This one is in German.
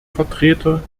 vertreter